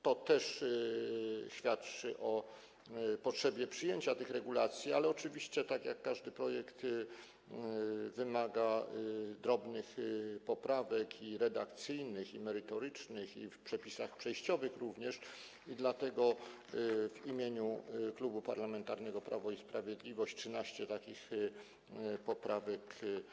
To też świadczy o potrzebie przyjęcia tych regulacji, ale oczywiście, tak jak każdy projekt, wymaga drobnych poprawek redakcyjnych i merytorycznych, również w przepisach przejściowych, dlatego w imieniu Klubu Parlamentarnego Prawo i Sprawiedliwość przedkładam 13 takich poprawek.